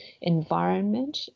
environment